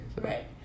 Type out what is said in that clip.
Right